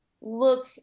look